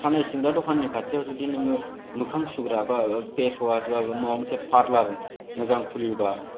खानाय सिनग्रा दखाननि खाथिआव जुदि नोङो मोखां सुग्रा बा फेस वास बा माबा मोनसे पार्लार मोजां खुलियोबा